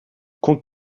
compte